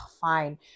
fine